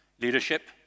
leadership